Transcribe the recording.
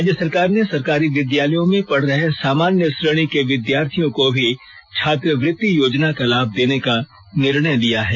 राज्य सरकार ने सरकारी विद्यालयों में पढ़ रहे सामान्य श्रेणी के विद्यार्थियों को भी छात्रवृति योजना का लाभ देने का निर्णय लिया है